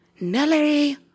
Nelly